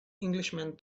englishman